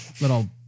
little